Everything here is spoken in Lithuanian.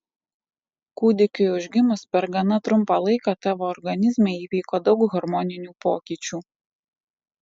kūdikiui užgimus per gana trumpą laiką tavo organizme įvyko daug hormoninių pokyčių